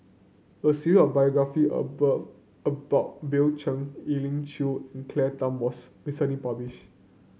a of biography above about Bill Chen Elim Chew and Claire Tham was recently published